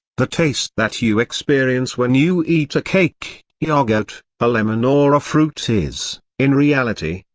the taste that you experience when you eat a cake, yogurt, a lemon or a fruit is, in reality,